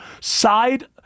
side